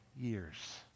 years